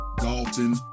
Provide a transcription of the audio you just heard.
dalton